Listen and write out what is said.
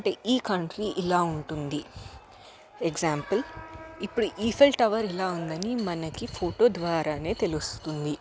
అంటే ఈ కంట్రీ ఇలా ఉంటుంది ఎగ్జాంపుల్ ఇప్పుడు ఈఫిల్ టవర్ ఇలా ఉందని మనకి ఫోటో ద్వారానే తెలుస్తుంది